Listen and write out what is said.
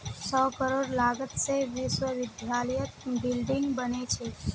सौ करोड़ लागत से विश्वविद्यालयत बिल्डिंग बने छे